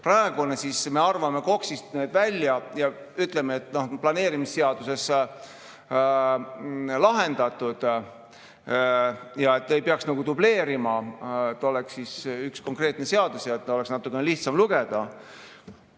Praegu me arvame need KOKS‑ist välja ja ütleme, et planeerimisseaduses on lahendatud ja et ei peaks nagu dubleerima, et oleks üks konkreetne seadus ja oleks natukene lihtsam lugeda.